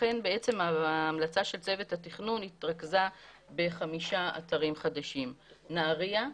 לכן ההמלצה של צוות התכנון התרכזה בחמישה אתרים חדשים: נהריה,